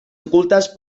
ocultas